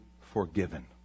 forgiven